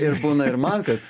ir būna ir man kad